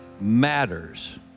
matters